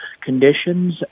conditions